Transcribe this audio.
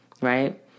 right